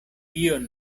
dion